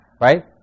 right